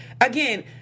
again